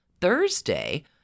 Thursday